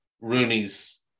Rooney's